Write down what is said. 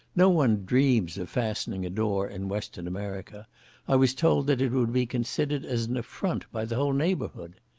no one dreams of fastening a door in western america i was told that it would be considered as an affront by the whole neighbourhood.